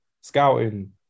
scouting